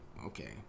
okay